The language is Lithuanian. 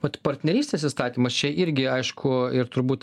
vat partnerystės įstatymas čia irgi aišku ir turbūt